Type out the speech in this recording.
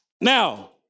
now